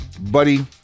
buddy